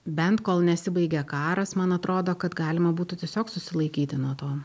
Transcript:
bent kol nesibaigė karas man atrodo kad galima būtų tiesiog susilaikyti nuo to